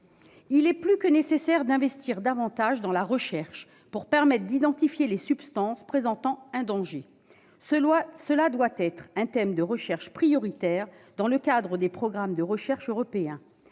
Il est plus que nécessaire d'investir davantage dans la recherche pour permettre d'identifier les substances présentant un danger. Ce doit être un thème prioritaire dans le cadre des programmes de recherche européens.